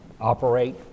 operate